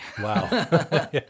Wow